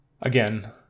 Again